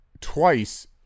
twice